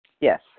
Yes